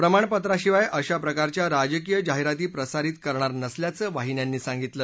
प्रमाणपत्राशिवाय अशा प्रकारच्या राजकीय जाहिराती प्रसारित करणार नसल्याचं वाहिन्यांनी सांगितलं